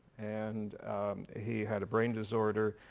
and he had a brain disorder,